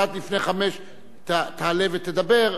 אתה לפני 17:00 תעלה ותדבר,